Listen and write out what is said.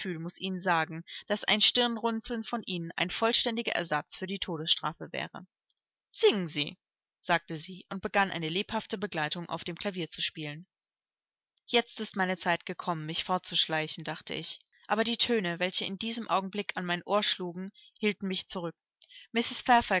ihnen sagen daß ein stirnrunzeln von ihnen ein vollständiger ersatz für die todesstrafe wäre singen sie sagte sie und begann eine lebhafte begleitung auf dem klavier zu spielen jetzt ist meine zeit gekommen mich fortzuschleichen dachte ich aber die töne welche in diesem augenblick an mein ohr schlugen hielten mich zurück